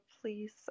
please